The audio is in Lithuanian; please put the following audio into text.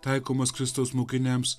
taikomas kristaus mokiniams